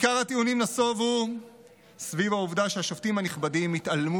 עיקר הטיעונים נסב על העובדה שהשופטים הנכבדים התעלמו